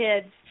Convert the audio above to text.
kids